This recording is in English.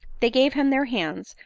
they gave him their hands,